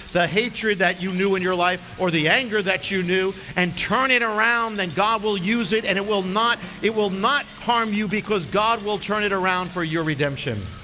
the hatred that you knew in your life, or the anger that you knew and turn it around. then god will use it and it will not, it will not harm you because god will turn it around for your redemption.